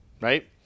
Right